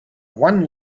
one